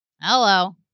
Hello